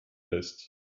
lässt